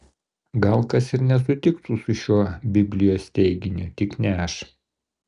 gal kas ir nesutiktų su šiuo biblijos teiginiu tik ne aš